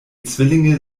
zwillinge